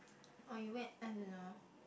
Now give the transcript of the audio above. orh you wet I don't know